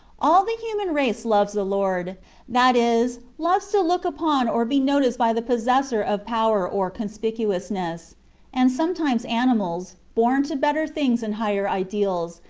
all the human race loves a lord that is, loves to look upon or be noticed by the possessor of power or conspicuousness and sometimes animals, born to better things and higher ideals,